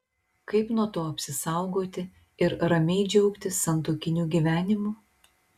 kaip nuo to apsisaugoti ir ramiai džiaugtis santuokiniu gyvenimu